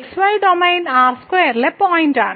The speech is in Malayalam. x y ഡൊമെയ്ൻ R2 ലെ പോയിന്റ് ആണ്